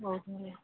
ହଉ